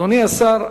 אדוני השר,